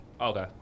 Okay